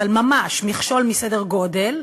אבל ממש מכשול בסדר גודל,